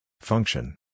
Function